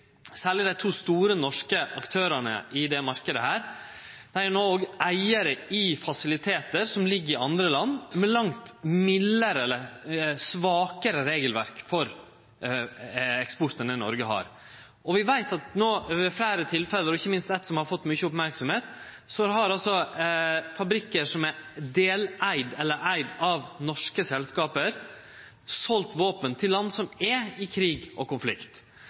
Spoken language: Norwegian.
særleg dei to store norske aktørane i denne marknaden er no òg eigarar i fasilitetar som ligg i andre land, med langt mildare, eller svakare, regelverk for eksport enn det Noreg har. Og vi veit at ved fleire tilfelle – og ikkje minst eitt, som har fått mykje merksemd – har altså fabrikkar som er eigde eller deleigde av norske selskap, selt våpen til land som er i krig og konflikt.